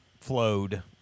flowed